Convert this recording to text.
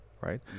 right